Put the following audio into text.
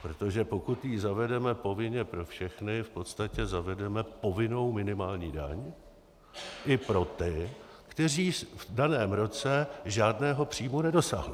Protože pokud ji zavedeme povinně pro všechny, v podstatě zavedeme povinnou minimální daň i pro ty, kteří v daném roce žádného příjmu nedosáhli.